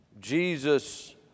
Jesus